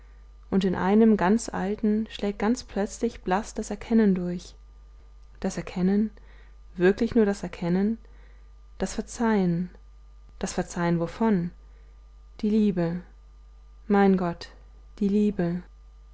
und in einem ganz alten schlägt ganz plötzlich blaß das erkennen durch das erkennen wirklich nur das erkennen das verzeihen das verzeihen wovon die liebe mein gott die liebe